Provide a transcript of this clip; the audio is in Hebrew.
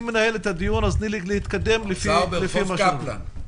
אני מנהל את הדיון אז תני לי התקדם לפי מה שתכננתי.